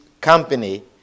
company